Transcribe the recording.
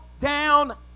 down